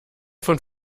von